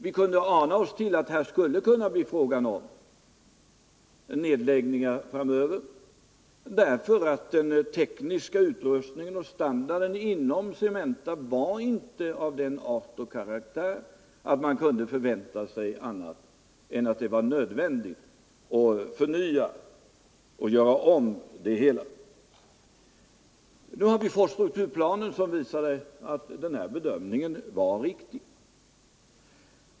Vi kunde ana oss till att det framöver kunde bli fråga om nedläggningar, därför att den tekniska utrustningen och standarden inom Cementa var av sådan art och karaktär att man kunde förvänta att det kunde bli nödvändigt att förnya och göra om hela strukturen. Nu har vi fått en plan som visar att vår bedömning i fjol var riktig.